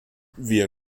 wir